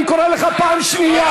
אני קורא אותך פעם שנייה.